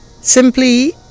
Simply